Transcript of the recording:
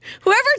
Whoever